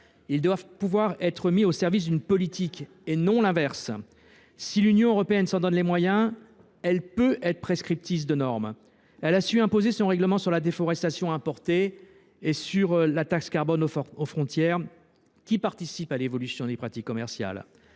doivent pouvoir être mis au service d’une politique, et non l’inverse. Si l’Union européenne s’en donne les moyens, elle peut être prescriptive de normes. Elle a su imposer ses règlements sur la déforestation importée et sur la taxe carbone aux frontières, qui participent à l’évolution des pratiques commerciales.